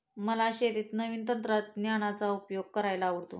मला शेतीत नवीन तंत्रज्ञानाचा उपयोग करायला आवडतो